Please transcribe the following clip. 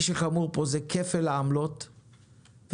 לא, אל תעשה לי פרצופים.